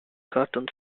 cartoon